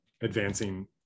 advancing